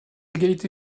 égalité